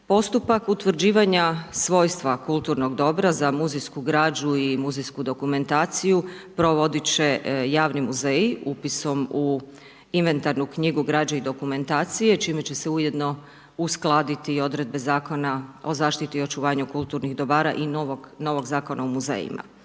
Postupak utvrđivanja svojstva kulturnog dobra, za muzejsku građu i muzejsku dokumentaciju, provodit će javni muzeji upisom u inventarnu knjigu građe i dokumentacije, čime će se ujedno uskladiti i odredbe Zakona o zaštiti i očuvanju kulturnih dobara i novog Zakona o muzejima.